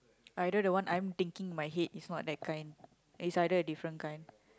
either the one I'm thinking in my head is not that kind it's either a different kind